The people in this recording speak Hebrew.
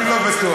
אני לא בטוח.